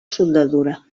soldadura